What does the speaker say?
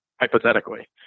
hypothetically